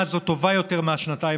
לא רצו, לא הלכו להצביע,